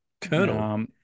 Colonel